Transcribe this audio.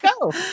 go